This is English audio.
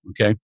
Okay